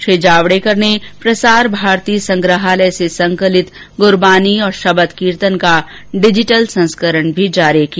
श्री जावड़ेकर प्रसार भारती संग्रहालय से संकलित गुरबानी और शबद कीर्तन का डिजीटल संस्करण जारी किया